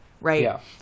right